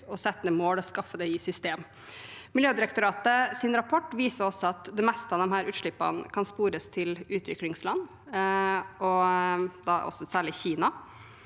å sette mål og sette det i et system. Miljødirektoratets rapport viser også at det meste av disse utslippene kan spores til utviklingsland, og særlig til